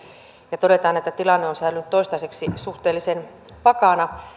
ja josta todetaan että tilanne on säilynyt toistaiseksi suhteellisen vakaana